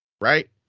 right